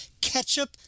ketchup